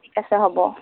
ঠিক আছে হ'ব